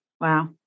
Wow